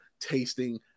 tasting